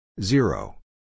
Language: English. Zero